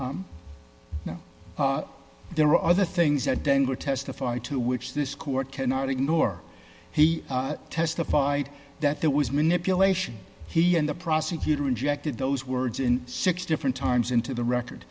now there are other things that denver testify to which this court cannot ignore he testified that there was manipulation he and the prosecutor injected those words in six different times into the record